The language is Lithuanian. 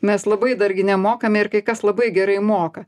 mes labai dargi nemokame ir kai kas labai gerai moka